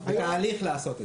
בתהליך לעשות את זה.